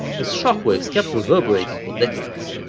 whose shockwaves kept reverberating for decades.